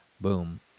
boom